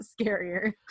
scarier